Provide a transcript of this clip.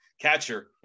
catcher